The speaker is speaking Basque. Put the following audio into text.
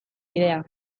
bidea